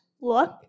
look